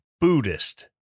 Buddhist